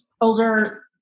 older